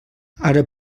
ara